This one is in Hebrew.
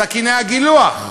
סכיני הגילוח,